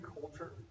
culture